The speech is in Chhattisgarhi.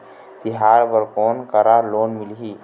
तिहार बर कोन करा लोन मिलही?